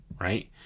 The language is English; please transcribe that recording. right